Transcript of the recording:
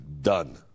done